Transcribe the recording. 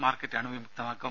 market അണുവിമുക്തമാക്കും